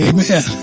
Amen